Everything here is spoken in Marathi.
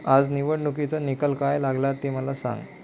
आज निवडणुकीचा निकाल काय लागला ते मला सांग